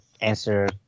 answer